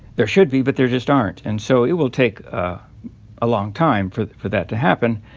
there should be, but there just aren't. and so it will take a a long time for for that to happen.